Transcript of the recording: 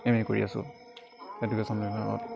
M A কৰি আছো education বিভাগত